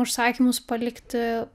užsakymus palikti